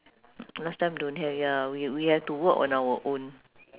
last time don't have ya we we had to work on our own